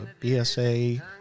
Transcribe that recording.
BSA